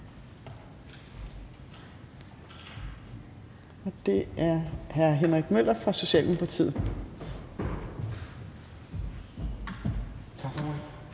og det er hr. Henrik Møller fra Socialdemokratiet. Kl.